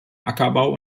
ackerbau